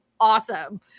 Awesome